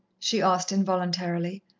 she asked involuntarily,